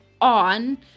on